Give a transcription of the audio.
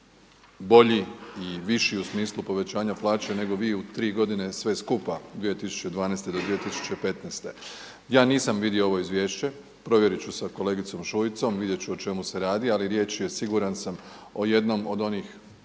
bolji i viši u smislu povećanja plaće nego vi u tri godine sve skupa 2012. do 2015. Ja nisam vidio ovo izvješće, provjerit ću sa kolegicom Šuicom, vidjet ću o čemu se radi ali riječ je siguran sam o jednom od onih